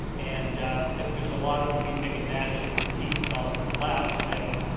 and if there's a lot of weeping and flashing of teeth on the left than,